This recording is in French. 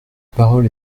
parole